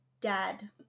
dad